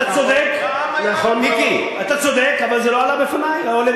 אתה צודק, אבל זה לא עלה בפני.